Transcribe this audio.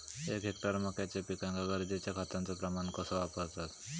एक हेक्टर मक्याच्या पिकांका गरजेच्या खतांचो प्रमाण कसो वापरतत?